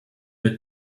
did